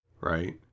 right